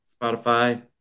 spotify